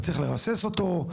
אתה צריך לרסס אותו,